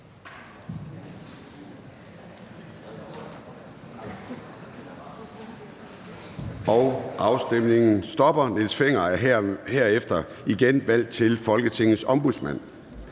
stemte 0. Niels Fenger er herefter igen valgt til Folketingets Ombudsmand.